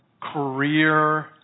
career